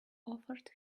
offered